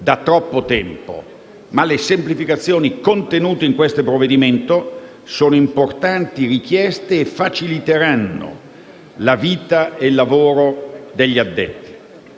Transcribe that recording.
da troppo tempo, ma le semplificazioni contenute in questo provvedimento rispondono ad importanti richieste e faciliteranno la vita e il lavoro degli addetti.